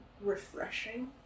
refreshing